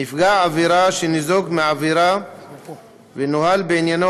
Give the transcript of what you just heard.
נפגע עבירה שניזוק מעבירה ונוהל בעניינו